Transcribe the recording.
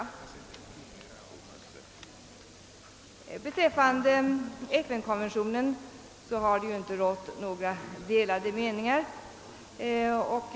Beträffande FN-konventionen har det inte rått några delade meningar inom utskottet.